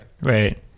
Right